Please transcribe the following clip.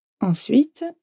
Ensuite